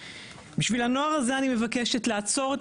בשביל הנוער הזה אני מבקשת לעצור את